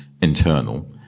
internal